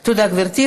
תודה, גברתי.